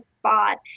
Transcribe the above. spot